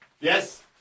Yes